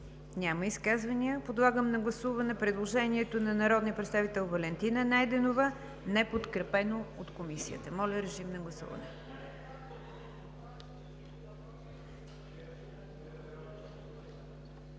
Няма. Подлагам на гласуване предложението на народния представител Валентина Найденова, неподкрепено от Комисията. Гласували